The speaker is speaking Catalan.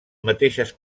mateixes